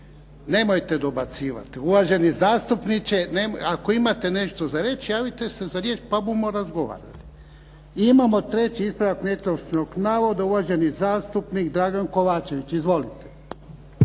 Nemojte dobacivati, uvaženi zastupniče, ako imate nešto za reći javite se za riječ pa bumo razgovarali. Imamo treći ispravak netočnog navoda, uvaženi zastupnik Dragan Kovačević. Izvolite.